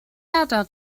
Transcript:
adael